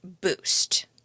boost